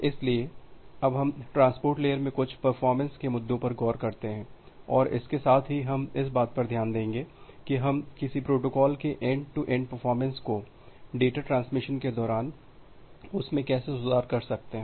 इसलिए अब हम ट्रांसपोर्ट लेयर में कुछ परफॉरमेंस के मुद्दों पर गौर करते हैं और इसके साथ ही हम इस बात पर ध्यान देंगे कि हम किसी प्रोटोकॉल के एंड टू एन्ड परफॉरमेंस को डेटा ट्रांसमिशन के दौरान उसमें कैसे सुधार कर सकते हैं